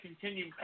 continue